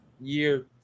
year